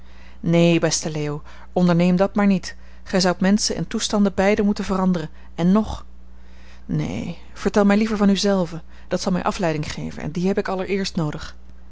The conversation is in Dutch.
neen beste leo onderneem dat maar niet gij zoudt menschen en toestanden beiden moeten veranderen en ng neen vertel mij liever van u zelven dat zal mij afleiding geven en die heb ik allereerst noodig